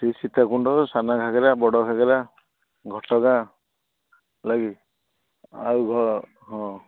ସେ ସୀତାକୁଣ୍ଡ ସାନ ଘାଗରା ବଡ଼ ଘାଗରା ଘଟ ଗାଁ ହେଲାକି ଆଉ ହଁ